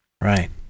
Right